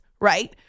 right